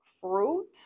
fruit